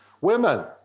Women